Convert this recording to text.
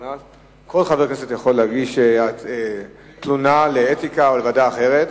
כל חבר כנסת יכול להגיש תלונה לוועדת האתיקה או לוועדה אחרת.